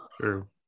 true